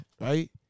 Right